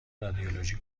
رادیولوژی